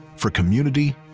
for community,